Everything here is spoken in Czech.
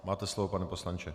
Máte slovo, pane poslanče.